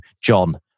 John